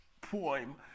poem